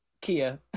Kia